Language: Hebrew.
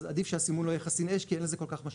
אז עדיף שהסימון לא יהיה חסין אש כי אין לזה כל כך משמעות.